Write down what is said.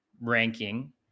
ranking